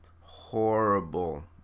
Horrible